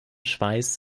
schweiß